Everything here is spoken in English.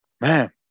Man